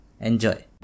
enjoy